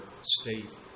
state